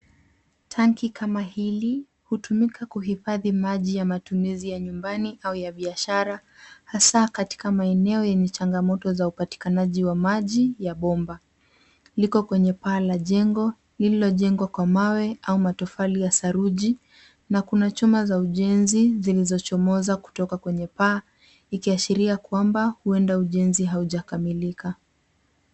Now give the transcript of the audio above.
Tanki kama hili hutumika kuhifadhi maji ya matumizi ya nyumbani au ya biashara hasa katika maeneo yenye changamoto za upatikanaji wa maji ya bomba. Liko kwenye paa la jengo lililojengwa kwa mawe au matofali ya saruji na kuna chuma za ujenzi zilizochomoza kutoka kwenye paa. Ikiashiria kwamba huenda ujenzi haujakamilika.